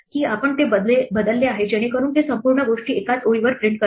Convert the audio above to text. की आपण ते बदलले आहे जेणेकरुन ते संपूर्ण गोष्ट एकाच ओळीवर प्रिंट करेल